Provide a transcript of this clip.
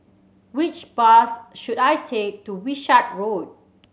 which bus should I take to Wishart Road